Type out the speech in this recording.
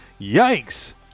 Yikes